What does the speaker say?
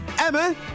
Emma